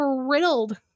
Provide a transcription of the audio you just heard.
riddled